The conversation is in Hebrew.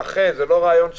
מרח"ל זה לא רעיון שלי,